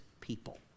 people